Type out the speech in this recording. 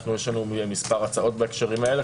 יש לנו מספר הצעות בהקשרים האלה.